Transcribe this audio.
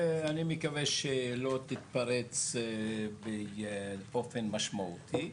ואני מקווה שהיא לא תתפרץ באופן משמעותי,